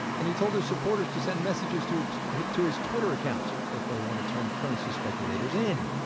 and he told his supporters to send messages to to his to his twitter account if they want to turn currency speculators in.